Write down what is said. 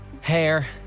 Hair